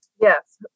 Yes